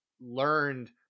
learned